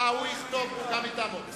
הוא כתב, הוא יכתוב גם מטעמו.